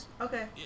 okay